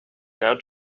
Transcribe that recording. now